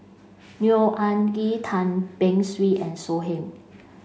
Neo Anngee Tan Beng Swee and So Heng